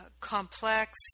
complex